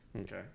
Okay